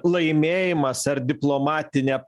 laimėjimas ar diplomatine